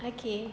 okay